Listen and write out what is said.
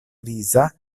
griza